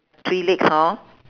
three legs hor